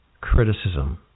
criticism